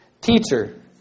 Teacher